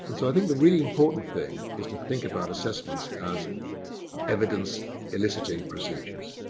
and so i think the really important thing is to think about assessments as evidence eliciting procedures.